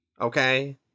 Okay